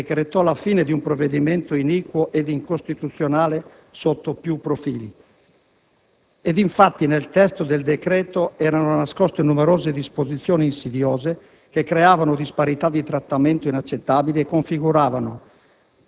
decretò la fine di un provvedimento iniquo ed incostituzionale sotto più profili. Ed infatti, nel testo del decreto erano nascoste numerose disposizioni insidiose che creavano disparità di trattamento inaccettabili e configuravano,